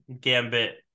Gambit